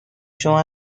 شما